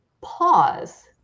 Pause